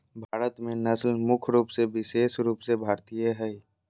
भारत में नस्ल मुख्य रूप से विशेष रूप से भारतीय हइ